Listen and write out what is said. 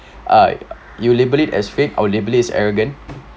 uh you label it as fake I'll label it as arrogant